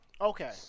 Okay